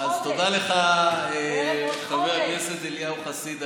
אז תודה לך על כך, חבר הכנסת אליהו חסיד.